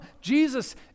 jesus